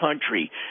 country